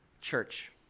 Church